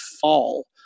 fall